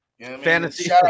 Fantasy